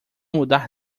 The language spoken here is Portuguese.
mudar